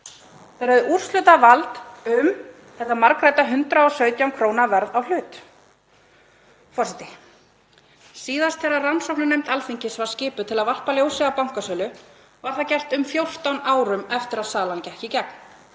úrslitavald um þetta margrædda 117 kr. verð á hlut. Forseti. Síðast þegar rannsóknarnefnd Alþingis var skipuð til að varpa ljósi á bankasölu var það gert um 14 árum eftir að salan gekk í gegn.